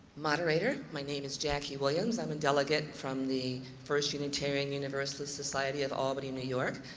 moderator. my name is jackie williams. i'm a delegate from the first unitarian universalist society of albany, new york,